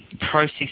Process